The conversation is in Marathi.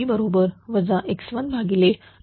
Tg x1R x4 u x4